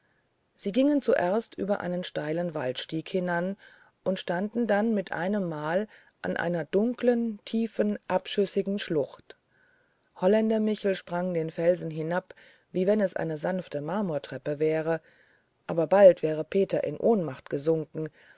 sie gingen zuerst über einen steilen waldsteig hinan und standen dann mit einemmal an einer dunkeln tiefen abschüssigen schlucht holländer michel sprang den felsen hinab wie wenn es eine sanfte marmortreppe wäre aber bald wäre peter in ohnmacht gesunken